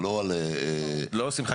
לא עושים חקירה.